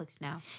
now